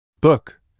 Book